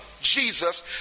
Jesus